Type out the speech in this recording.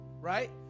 Right